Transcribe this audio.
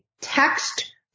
text